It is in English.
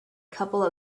couple